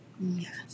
Yes